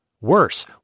Worse